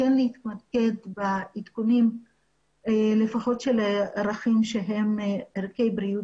כן להתמרכז בעדכונים לפחות של ערכים שהם ערכי בריאות